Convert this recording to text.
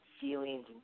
feelings